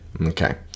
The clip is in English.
okay